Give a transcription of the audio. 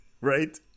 Right